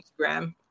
Instagram